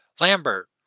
Lambert